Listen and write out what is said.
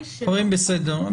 בסדר.